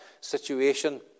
situation